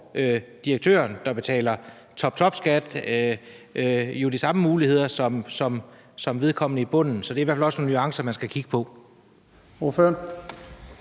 får direktøren, der betaler toptopskat, jo de samme muligheder, som vedkommende, der ligger i bunden indkomstmæssigt, så der er i hvert fald også nogle nuancer, som man skal kigge på.